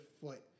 foot